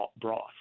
broth